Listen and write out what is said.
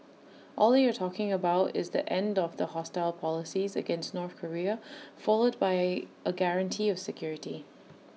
all they are talking about is the end of the hostile policies against North Korea followed by A guarantee of security